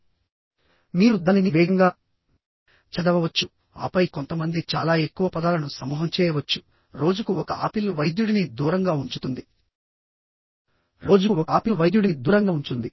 కాబట్టి మీరు దానిని వేగంగా చదవవచ్చు ఆపై కొంతమంది చాలా ఎక్కువ పదాలను సమూహం చేయవచ్చు రోజుకు ఒక ఆపిల్ వైద్యుడిని దూరంగా ఉంచుతుంది రోజుకు ఒక ఆపిల్ వైద్యుడిని దూరంగా ఉంచుతుంది